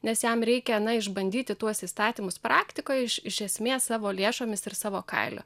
nes jam reikia na išbandyti tuos įstatymus praktikoje iš esmė savo lėšomis ir savo kailiu